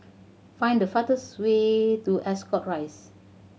find the fastest way to Ascot Rise